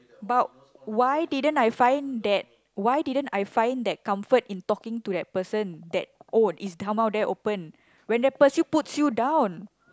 but why didn't I find that why didn't I find that comfort in talking to that person that oh is come there open when that person puts you down